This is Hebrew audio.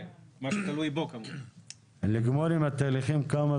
כן, מה שתלוי בו כמובן.